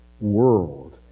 world